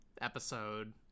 episode